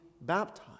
baptized